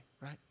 right